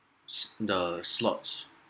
s~ the slots